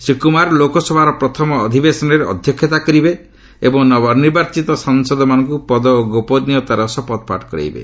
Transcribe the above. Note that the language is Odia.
ଶ୍ରୀ କୁମାର ଲୋକସଭାର ପ୍ରଥମ ଅଧ୍ୟବେଶନରେ ଅଧ୍ୟକ୍ଷତା କରିବେ ଏବଂ ନବନିର୍ବାଚିତ ସାଂସଦମାନଙ୍କ ପଦ ଓ ଗୋପନୀୟତାର ଶପଥପାଠ କରାଇବେ